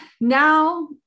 now